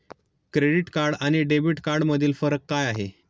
Credit card आणि debit कार्डमधील फरक काय आहे?